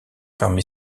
parmi